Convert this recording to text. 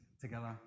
together